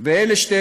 אלה שתי